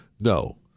No